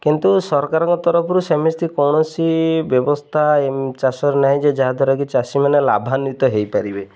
କିନ୍ତୁ ସରକାର ଙ୍କ ତରଫରୁ ସେମିତି କୌଣସି ବ୍ୟବସ୍ଥା ଚାଷର ନାହିଁ ଯେ ଯାହାଦ୍ୱାରା କିି ଚାଷୀମାନେ ଲାଭାନଵିତ ହେଇପାରିବେ